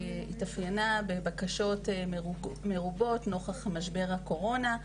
התאפיינה בבקשות מרובות נוכח משבר הקורונה,